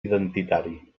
identitari